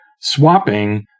swapping